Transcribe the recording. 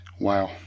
wow